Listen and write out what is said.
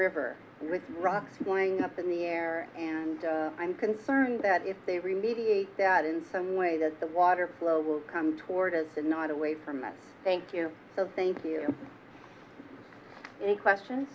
river with rocks going up in the air and i'm concerned that if they remediate that in some way that the water flow will come toward as and not away from us thank you thank you it's a question